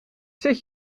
zet